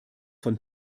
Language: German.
von